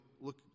look